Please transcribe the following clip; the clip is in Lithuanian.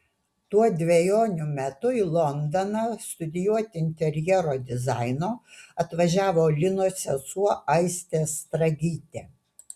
tuo dvejonių metu į londoną studijuoti interjero dizaino atvažiavo linos sesuo aistė stragytė